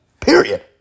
Period